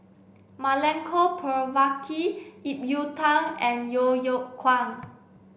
Milenko Prvacki Ip Yiu Tung and Yeo Yeow Kwang